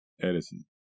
Edison